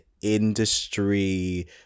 industry